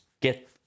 get